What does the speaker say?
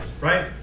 right